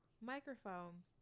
microphone